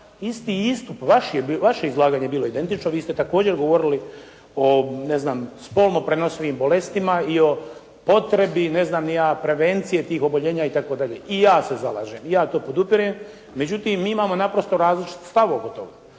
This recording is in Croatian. isti istup, vaše izlaganje je bilo identično. Vi ste također govorili o ne znam spolno prenosivim bolestima i o potrebi ne znam ni ja prevencije tih oboljenja itd. I ja se zalažem, i ja to podupirem. Međutim, mi imamo naprosto različit stav oko toga.